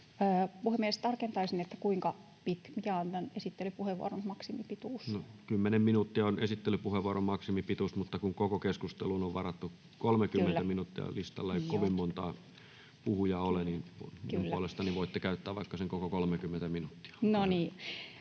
että tämä vahva tunnistautuminen vaaditaan. No, 10 minuuttia on esittelypuheenvuoron maksimipituus, mutta kun koko keskusteluun on varattu 30 minuuttia ja listalla ei kovin montaa puhujaa ole, niin minun puolestani voitte käyttää vaikka sen koko 30 minuuttia.